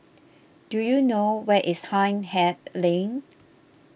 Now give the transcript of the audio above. do you know where is Hindhede Lane